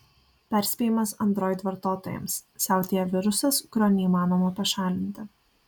perspėjimas android vartotojams siautėja virusas kurio neįmanoma pašalinti